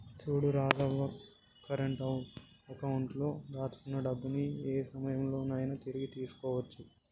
చూడు Rajavva current account లో దాచుకున్న డబ్బుని ఏ సమయంలో నైనా తిరిగి తీసుకోవచ్చు